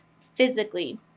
physically